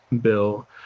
bill